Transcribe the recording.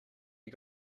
you